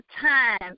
time